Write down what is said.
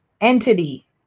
entity